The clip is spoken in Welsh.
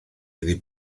iddi